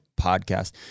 podcast